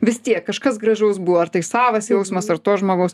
vis tiek kažkas gražaus buvo ar tai savas jausmas ar to žmogaus